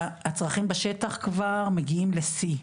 והצרכים בשטח כבר מגיעים לשיא,